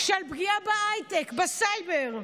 של פגיעה בהייטק, בסייבר,